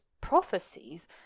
prophecies